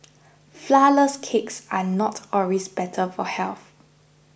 Flourless Cakes are not always better for health